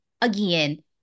again